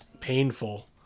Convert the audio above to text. painful